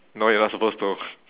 no you are not supposed to